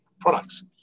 products